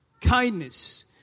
Kindness